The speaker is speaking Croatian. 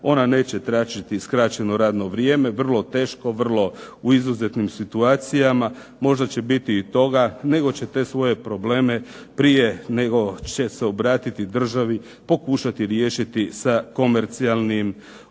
ona neće tražiti skraćeno radno vrijeme. Vrlo teško, vrlo u izuzetnim situacijama, možda će biti i toga, nego će te svoje probleme prije nego će se obratiti državi pokušati riješiti sa komercijalnim bankama.